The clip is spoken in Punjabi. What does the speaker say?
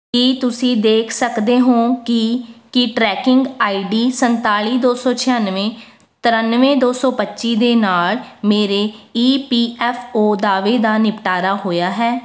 ਕੀ ਤੁਸੀਂ ਦੇਖ ਸਕਦੇ ਹੋ ਕਿ ਕੀ ਟਰੈਕਿੰਗ ਆਈ ਡੀ ਸੰਤਾਲ਼ੀ ਦੋ ਸੌ ਛਿਆਨਵੇਂ ਤਰਾਨਵੇਂ ਦੋ ਸੌ ਪੱਚੀ ਦੇ ਨਾਲ ਮੇਰੇ ਈ ਪੀ ਐਫ ਓ ਦਾਅਵੇ ਦਾ ਨਿਪਟਾਰਾ ਹੋਇਆ ਹੈ